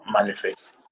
manifest